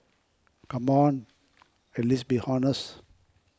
come on at least be honest